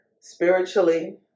spiritually